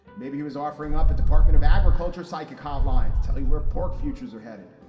maybe he was offering up a department of agriculture psychic hotline to tell you where pork futures are headed.